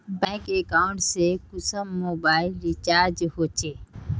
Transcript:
Bank account से कुंसम mobile recharge होचे?